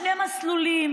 שרוקנו אותם במשאיות לגבולות,